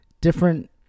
Different